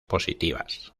positivas